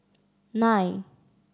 nine